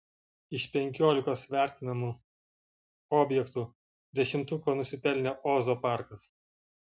iš penkiolikos vertinamų objektų dešimtuko nusipelnė ozo parkas